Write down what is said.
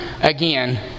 again